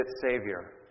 Savior